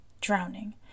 drowning